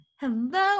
Hello